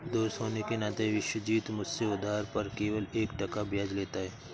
दोस्त होने के नाते विश्वजीत मुझसे उधार पर केवल एक टका ब्याज लेता है